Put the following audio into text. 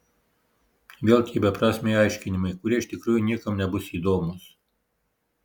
vėl tie beprasmiai aiškinimai kurie iš tikrųjų niekam nebus įdomūs